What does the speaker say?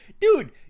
dude